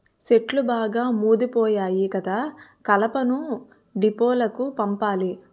చెట్లు బాగా ముదిపోయాయి కదా కలపను డీపోలకు పంపాలి